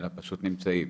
אלא פשוט נמצאים,